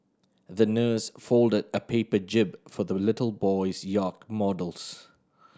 the nurse folded a paper jib for the little boy's yacht models